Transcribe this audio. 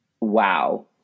wow